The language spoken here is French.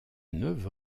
neuf